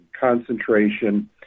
concentration